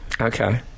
okay